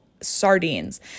sardines